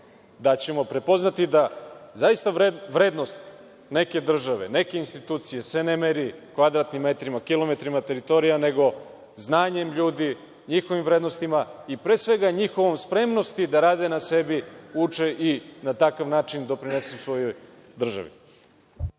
da ćemo prepoznati da zaista vrednost neke države, neke institucije se ne meri kvadratnim metrima, kilometrima teritorija, nego znanjem ljudi, njihovim vrednostima i pre svega njihovoj spremnosti da rade na sebi, uče i na takav način doprinose svojoj državi.